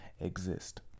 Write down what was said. exist